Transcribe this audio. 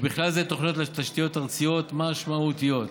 ובכלל זה תוכניות לתשתיות ארציות משמעותיות.